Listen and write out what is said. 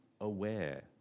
aware